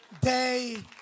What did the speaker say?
Day